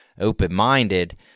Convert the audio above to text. open-minded